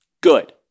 Good